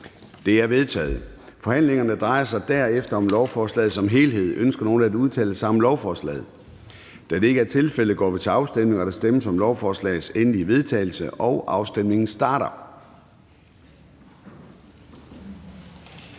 (Søren Gade): Forhandlingen drejer sig derefter om lovforslaget som helhed. Ønsker nogen at udtale sig om lovforslaget? Da det ikke er tilfældet, går vi til afstemning. Kl. 09:51 Afstemning Formanden (Søren Gade): Der stemmes om lovforslagets endelige vedtagelse, og afstemningen starter.